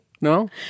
No